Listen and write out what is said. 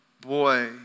boy